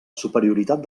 superioritat